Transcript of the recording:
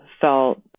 felt